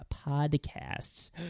podcasts